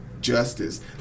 justice